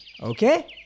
Okay